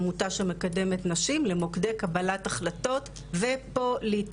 עמותה שמקדמת נשים למוקדי קבלת החלטות ופוליטיקה.